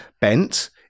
bent